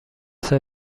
سال